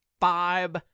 five